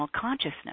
consciousness